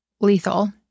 lethal